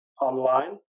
online